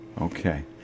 Okay